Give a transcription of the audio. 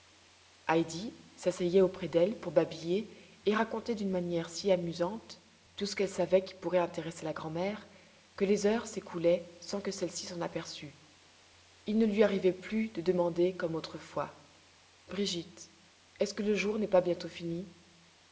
s'asseyait auprès d'elle pour babiller et raconter d'une manière si amusante tout ce qu'elle savait qui pourrait intéresser la grand'mère que les heures s'écoulaient sans que celle-ci s'en aperçut il ne lui arrivait plus de demander comme autrefois brigitte est-ce que le jour n'est pas bientôt fini